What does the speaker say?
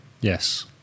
yes